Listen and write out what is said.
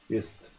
Jest